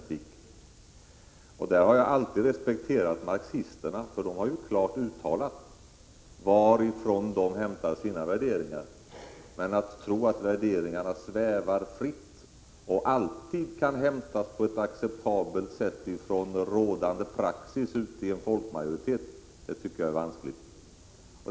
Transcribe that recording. På den punkten har jag alltid respekterat marxisterna, eftersom de klart har uttalat varifrån de hämtar sina värderingar. Men att tro att värderingarna svävar fritt och alltid kan hämtas på ett acceptabelt sätt från rådande praxis i en folkmajoritet tycker jag är vanskligt.